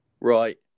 Right